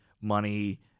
money